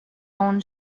own